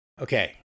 Okay